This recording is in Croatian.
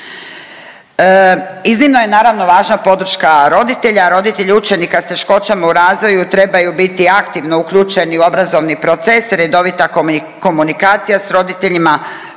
Iznimno je, naravno, važna podrška roditelja, roditelji učenika s teškoćama u razvoju trebaju biti aktivno uključeni u obrazovni proces, redovita komunikacija s roditeljima,